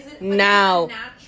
Now